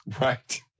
Right